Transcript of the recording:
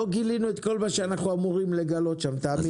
לא גילינו את כל מה שאנחנו אמורים לגלות שם תאמין לי.